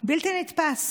בלתי נתפס,